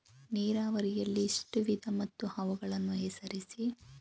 ನೀರಾವರಿಯಲ್ಲಿ ಎಷ್ಟು ವಿಧ ಮತ್ತು ಅವುಗಳನ್ನು ಹೆಸರಿಸಿ?